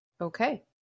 Okay